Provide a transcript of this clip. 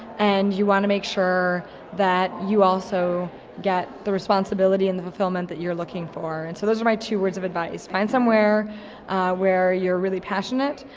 and you want to make sure that you also get the responsibility and the fulfillment that you're looking for. and so those are my two words of advice. find somewhere where you're really passionate,